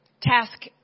task